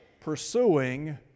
pursuing